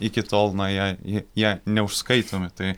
iki tol nuėję į jie neužskaitomi tai